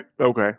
Okay